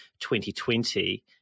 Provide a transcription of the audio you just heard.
2020